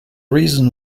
reason